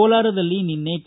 ಕೋಲಾರದಲ್ಲಿ ನಿನ್ನೆ ಕೆ